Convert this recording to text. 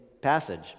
passage